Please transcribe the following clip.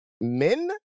men